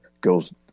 goes